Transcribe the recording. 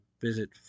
visit